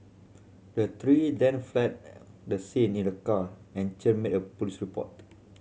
the three then fled the scene in a car and Chen made a police report